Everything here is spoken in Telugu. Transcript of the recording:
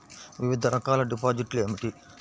వివిధ రకాల డిపాజిట్లు ఏమిటీ?